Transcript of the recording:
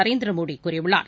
நரேந்திரமோடிகூறியுள்ளார்